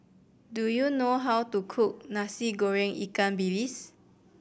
do you know how to cook Nasi Goreng ikan bilis